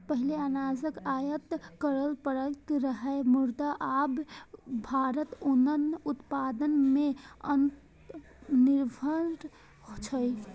पहिने अनाजक आयात करय पड़ैत रहै, मुदा आब भारत अन्न उत्पादन मे आत्मनिर्भर छै